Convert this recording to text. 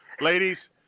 ladies